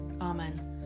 Amen